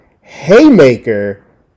haymaker